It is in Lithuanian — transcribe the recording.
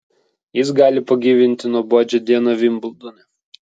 jis gali pagyvinti nuobodžią dieną vimbldone